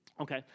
Okay